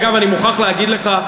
בלוף, אגב, אני מוכרח להגיד לך,